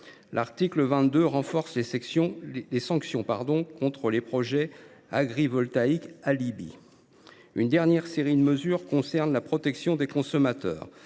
L’article 22 renforce les sanctions contre les projets agrivoltaïques alibis. Une dernière série de mesures concerne la protection des consommateurs.